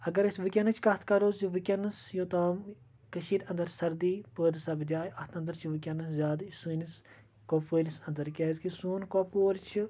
اگر أسۍ وُنکیٚنٕچ کَتھ کَرو زِ وُنکیٚنَس یوٚتام کٔشیٖرِ انٛدر سردی پٲدٕ سَپدیاے اَتھ انٛدر چھِ وُنکیٚنَس زیادٕ سٲنِس کۄپوٲرِس انٛدر کیٚازکہِ سوٗن کۄپووٗر چھُ